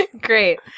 Great